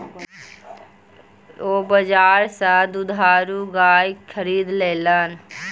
ओ बजार सा दुधारू गाय खरीद लेलैन